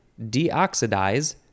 deoxidize